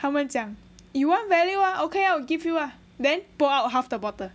他们讲 you want value ah okay ah we give you ah then pour out half the bottle